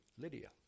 Lydia